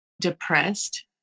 depressed